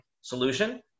solution